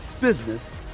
business